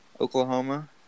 Oklahoma